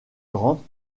grant